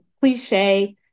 cliche